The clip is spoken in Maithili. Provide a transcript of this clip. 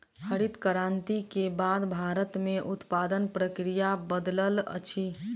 हरित क्रांति के बाद भारत में उत्पादन प्रक्रिया बदलल अछि